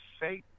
faith